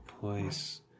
place